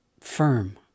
firm